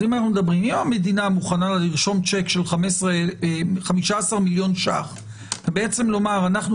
אם המדינה מוכנה לרשום צ'ק של 15 מיליון ₪ ובעצם לומר שאנחנו